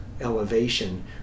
elevation